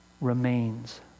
remains